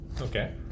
okay